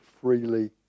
freely